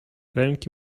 ręki